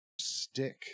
stick